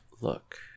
look